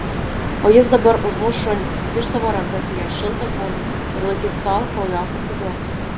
o jis dabar užmuš šunį įkiš savo rankas į jo šiltą kūną ir laikys tol kol jos atsigaus